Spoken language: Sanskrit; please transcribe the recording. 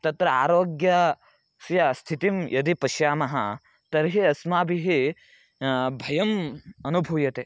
तत्र आरोग्यस्य स्थितिं यदि पश्यामः तर्हि अस्माभिः भयम् अनुभूयते